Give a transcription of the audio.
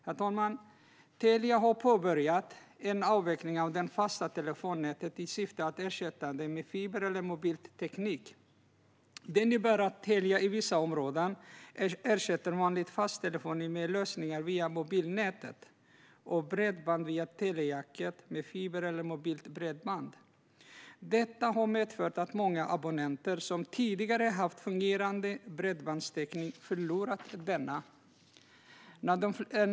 Herr talman! Telia har påbörjat en avveckling av det fasta telefonnätet i syfte att ersätta detta med fiber eller mobil teknik. Det innebär att Telia i vissa områden ersätter vanlig fast telefoni med lösningar via mobilnätet och bredband via telejacket med fiber eller mobilt bredband. Detta har medfört att många abonnenter som tidigare haft fungerande bredbandstäckning förlorat denna.